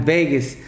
Vegas